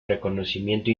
reconocimiento